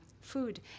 food